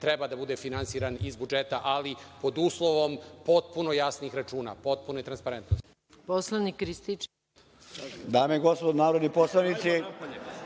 treba da bude finansiran iz budžeta, ali pod uslovom potpuno jasnih računa, potpune transparentnosti.